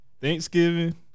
Thanksgiving